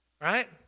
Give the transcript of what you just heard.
right